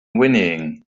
whinnying